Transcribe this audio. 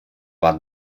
bat